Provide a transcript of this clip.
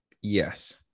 yes